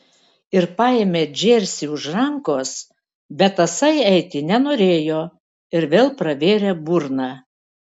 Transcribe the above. ir paėmė džersį už rankos bet tasai eiti nenorėjo ir vėl pravėrė burną